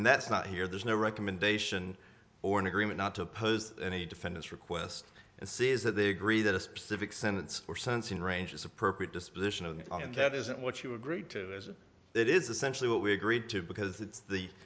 and that's not here there's no recommendation or an agreement not to oppose any defendant's request and says that they agree that a specific sentence or sense in range is appropriate disposition of that isn't what you agreed to as it is essentially what we agreed to because it's the